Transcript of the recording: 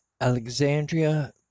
Alexandria